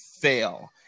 fail